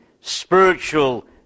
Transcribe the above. spiritual